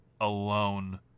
alone